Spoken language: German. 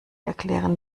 erklären